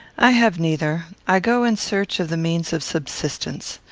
i have neither. i go in search of the means of subsistence.